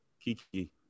Kiki